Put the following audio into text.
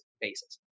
basis